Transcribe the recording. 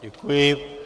Děkuji.